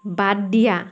বাদ দিয়া